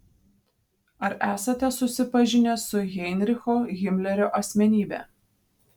ar esate susipažinęs su heinricho himlerio asmenybe